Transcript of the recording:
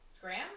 Graham